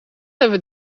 hebben